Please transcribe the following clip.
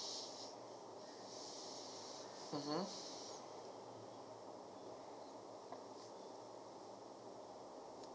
mmhmm